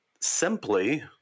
simply